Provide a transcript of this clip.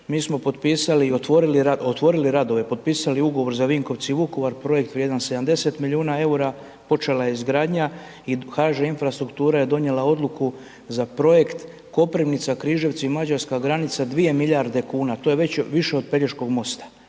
otvorili radove, potpisali ugovor za Vinkovci – Vukovar projekt vrijedan 70 milijuna EUR-a, počela je izgradnja i HŽ Infrastruktura je donije odluku za projekt Koprivnica – Križevici – Mađarska granica, 2 milijarde kuna, to je već više od Pelješkog mosta.